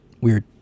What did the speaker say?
weird